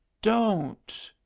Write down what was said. don't!